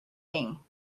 thing